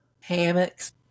Hammocks